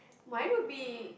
mine would be